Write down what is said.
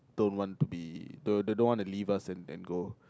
don't want to be they don't want to leave us and go